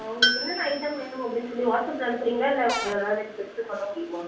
உங்களுக்கு என்னென்ன ஐட்டம் வேணும் அப்படின்னு சொல்லி வாட்ஸ்அப்பில அனுப்புறீங்களா இல்லை உங்களால் இப்போ லிஸ்ட்டு சொல்ல முடியுமா